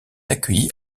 accueillie